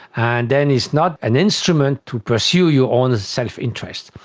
and then it's not an instrument to pursue your own self-interest.